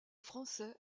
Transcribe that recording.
français